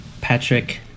Patrick